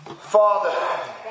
Father